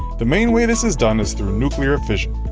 the main way this is done is through nuclear fission.